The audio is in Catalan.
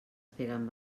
peguen